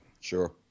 Sure